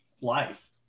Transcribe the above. life